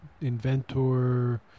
inventor